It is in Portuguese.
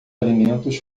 alimentos